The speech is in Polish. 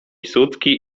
sutki